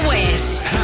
West